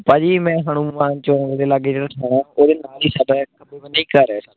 ਭਾਅ ਜੀ ਮੈਂ ਹਨੂੰਮਾਨ ਚੌਂਕ ਦੇ ਲਾਗੇ ਜਿਹੜਾ ਥਾਣਾ ਉਹਦੇ ਨਾਲ ਹੀ ਸਾਡਾ ਖੱਬੇ ਬੰਨੇ ਹੀ ਘਰ ਹੈ ਸਾਡਾ